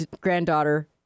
granddaughter